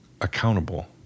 accountable